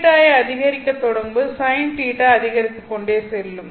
θi ஐ அதிகரிக்கத் தொடங்கும்போது Sin θ அதிகரித்துக் கொண்டே செல்லும்